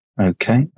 Okay